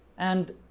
and